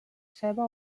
ceba